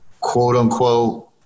quote-unquote –